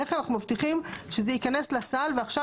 איך אנחנו מבטיחים שזה ייכנס לסל ועכשיו